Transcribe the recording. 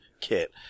kit